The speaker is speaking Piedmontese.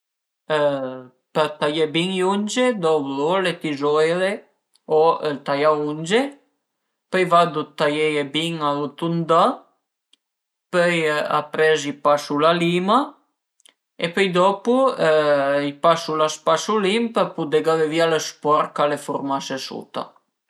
Për taié bin i unge dovru o le tizoire o ël taiaunge, pöi vardu dë taieie bin arutundà, pöi apres i pasu la lima e pöi dopu i pasu lë spasulin për pudé gavé vìa lë sporch ch'al e furmase suta